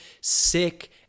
sick